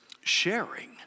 sharing